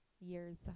Years